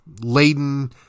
laden